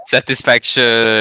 Satisfaction